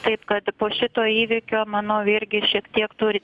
taip kad po šito įvykio manau irgi šiek tiek turi